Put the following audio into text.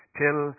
till